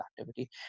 activity